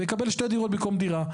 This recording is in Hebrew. ויקבל שתי דירות במקום דירה.